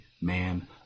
man